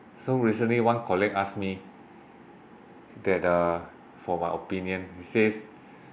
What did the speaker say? so recently one colleague ask me that uh for my opinion he says